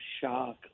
shock